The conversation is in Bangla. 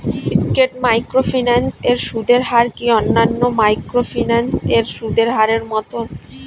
স্কেট মাইক্রোফিন্যান্স এর সুদের হার কি অন্যান্য মাইক্রোফিন্যান্স এর সুদের হারের মতন?